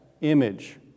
image